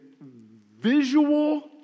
visual